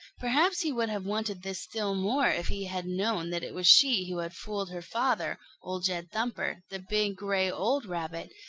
perhaps he would have wanted this still more if he had known that it was she who had fooled her father, old jed thumper, the big, gray, old rabbit,